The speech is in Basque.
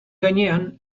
gainean